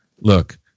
Look